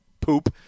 poop